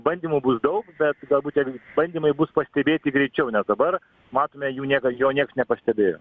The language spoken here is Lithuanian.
bandymų bus daug bet galbūt tie bandymai bus pastebėti greičiau nes dabar matome jų niekad jo nieks nepastebėjo